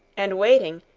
and waiting,